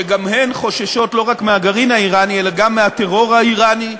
שגם הן חוששות לא רק מהגרעין האיראני אלא גם מהטרור האיראני,